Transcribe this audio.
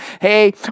hey